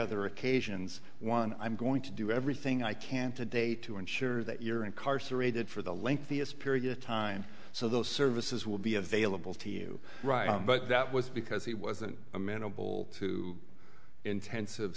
other occasions one i'm going to do everything i can today to ensure that you're incarcerated for the lengthiest period of time so those services will be available to you right but that was because he wasn't amenable to intensive